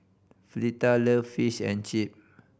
Fleeta love Fish and Chip